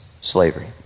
slavery